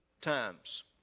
times